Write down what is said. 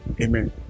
Amen